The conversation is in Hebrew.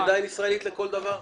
לארץ והיא עדיין ישראלית לכל דבר.